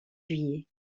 juillet